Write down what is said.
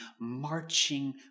marching